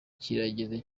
kirageze